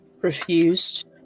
refused